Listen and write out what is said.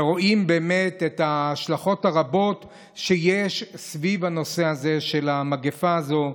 ורואים באמת את ההשלכות הרבות שיש סביב הנושא הזה של המגפה הזו.